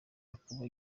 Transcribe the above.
akaba